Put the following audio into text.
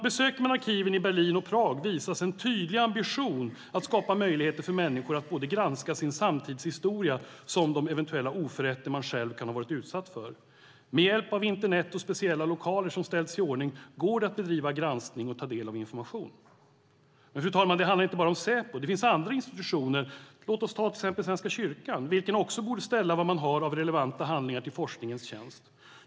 Besöker man arkiven i Berlin och Prag visas en tydlig ambition att skapa möjligheter för människor att granska såväl sin samtidshistoria som de eventuella oförrätter man själv kan ha varit utsatt för. Med hjälp av internet och speciella lokaler som ställts i ordning går det att bedriva granskning och ta del av information. Men det handlar inte bara om Säpo. Det finns andra institutioner, låt oss ta till exempel Svenska kyrkan, vilka också borde ställa vad man har av relevanta handlingar i forskningens tjänst.